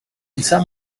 san